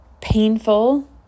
painful